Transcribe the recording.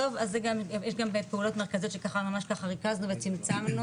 אז יש גם פעולות מרכזיות שממש ככה ריכזנו וצמצמנו,